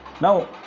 now